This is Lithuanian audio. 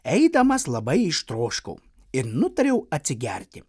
eidamas labai ištroškau ir nutariau atsigerti